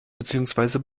beziehungsweise